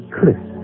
Chris